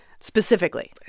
specifically